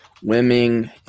Swimming